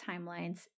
timelines